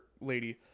lady